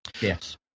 yes